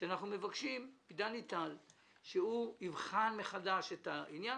שאנחנו מבקשים מדני טל שיבחן מחדש את העניין